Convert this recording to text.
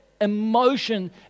emotion